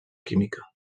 química